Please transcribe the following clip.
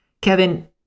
Kevin